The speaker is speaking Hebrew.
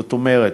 זאת אומרת,